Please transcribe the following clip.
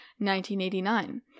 1989